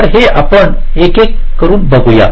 तर हे आपण एकेक करून बघू